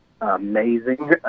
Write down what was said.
amazing